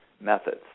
methods